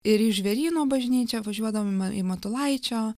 ir į žvėryno bažnyčią važiuodavom į matulaičio